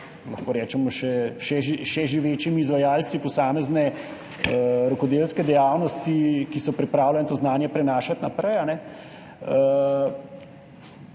lahko rečemo, še živečimi izvajalci posamezne rokodelske dejavnosti, ki so pripravljeni to znanje prenašati naprej.